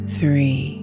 three